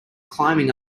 climbing